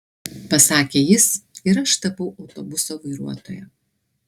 pasakė jis ir aš tapau autobuso vairuotoja